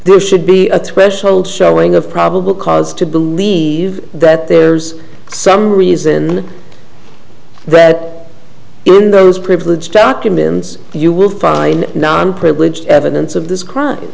there should be a threshold showing of probable cause to believe that there's some reason read in those privileged documents you will find now i'm privileged evidence of this c